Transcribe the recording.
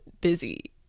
busy